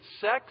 sex